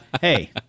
hey